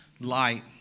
Light